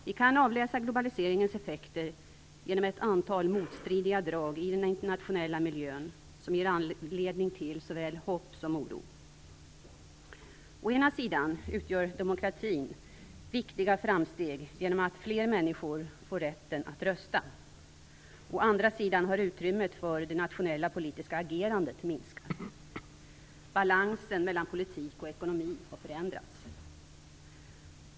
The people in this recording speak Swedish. Vi kan avläsa globaliseringens effekter genom ett antal motstridiga drag i den internationella miljön som ger anledning till såväl hopp som oro: ?Å ena sidan gör demokratin viktiga framsteg genom att fler människor får rätten att rösta. Å andra sidan har utrymmet för det nationella politiska agerandet minskat. Balansen mellan politik och ekonomi har förändrats.